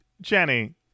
Jenny